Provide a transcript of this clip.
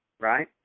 Right